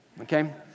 okay